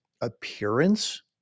appearance